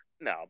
No